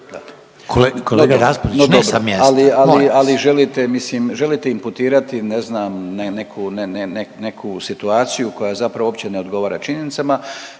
Kolega Raspudić ne sa mjesta